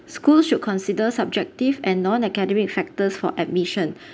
school should consider subjective and non-academic factors for admission